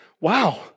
Wow